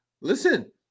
Listen